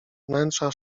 wnętrza